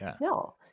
no